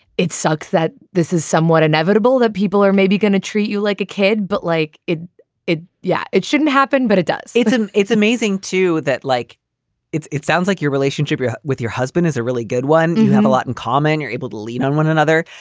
it sucks that this is somewhat inevitable that people are maybe going to treat you like a kid, but like it it. yeah, it shouldn't happen, but it does it's and it's amazing too that like it sounds like your relationship yeah with your husband is a really good one. you have a lot in common. you're able to lean on one another.